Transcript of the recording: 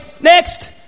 next